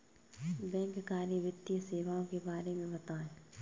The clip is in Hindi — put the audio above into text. बैंककारी वित्तीय सेवाओं के बारे में बताएँ?